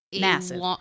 massive